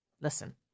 listen